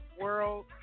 World